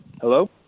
hello